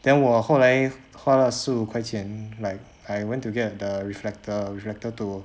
then 我后来花了十五块钱 like I went to get the reflector reflector to